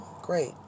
great